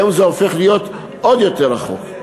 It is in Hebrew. והיום זה הופך להיות עוד יותר רחוק.